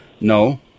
no